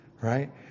Right